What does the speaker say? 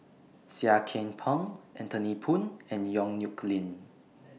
Seah Kian Peng Anthony Poon and Yong Nyuk Lin